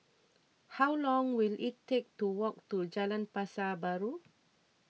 how long will it take to walk to Jalan Pasar Baru